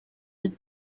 huit